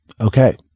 Okay